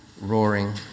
roaring